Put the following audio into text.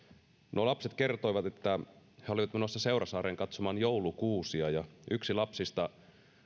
nuo lapset kertoivat että he olivat menossa seurasaareen katsomaan joulukuusia yksi lapsista